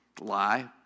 lie